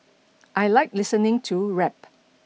I like listening to rap